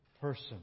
person